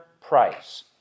price